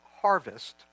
harvest